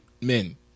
men